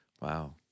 Wow